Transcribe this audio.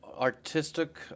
artistic